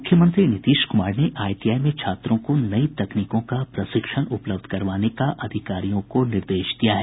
मुख्यमंत्री नीतीश कुमार ने आईटीआई में छात्रों को नयी तकनीकों का प्रशिक्षण उपलब्ध करवाने का अधिकारियों को निर्देश दिया है